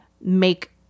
make